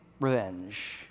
revenge